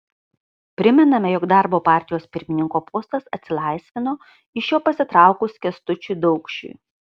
primename jog darbo partijos pirmininko postas atsilaisvino iš jo pasitraukus kęstučiui daukšiui